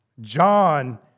John